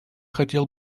хотел